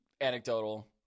anecdotal